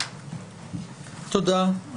תודה.